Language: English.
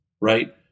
right